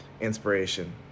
inspiration